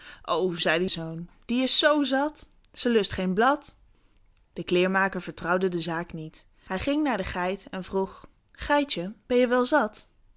o zei de zoon die is zoo zat ze lust geen blad de kleermaker vertrouwde de zaak niet hij ging naar de geit en vroeg geitje ben je wel zat